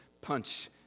punch